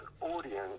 audience